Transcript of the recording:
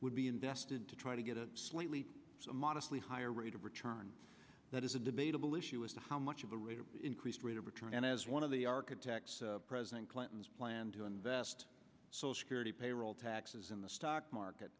would be invested to try to get a slightly modestly higher rate of return that is a debatable issue as to how much of the rate of increased rate of return and as one of the architects president clinton's plan to invest so security payroll taxes in the stock market